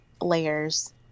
layers